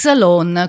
Salon